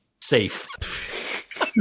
safe